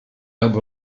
help